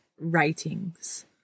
ratings